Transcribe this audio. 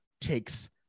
takes